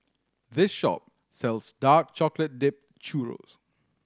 this shop sells dark chocolate dipped churro